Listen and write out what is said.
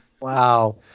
Wow